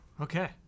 Okay